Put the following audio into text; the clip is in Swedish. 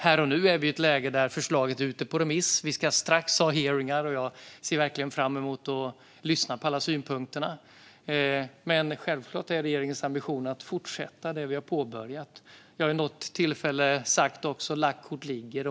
Här och nu är vi i ett läge där förslaget är ute på remiss. Vi ska strax ha hearingar. Jag ser verkligen fram emot att lyssna på alla synpunkter. Men självklart är regeringens ambition att fortsätta det vi har påbörjat. Jag har vid något tillfälle sagt att lagt kort ligger.